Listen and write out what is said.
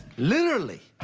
literally.